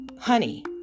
Honey